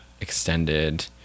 extended